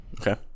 Okay